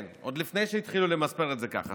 זה עוד לפני שהתחילו למספר את זה ככה.